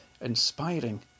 inspiring